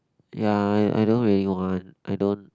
ya I I don't really want I don't